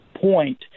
point